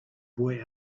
boy